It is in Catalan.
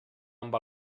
amb